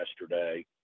yesterday